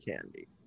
Candy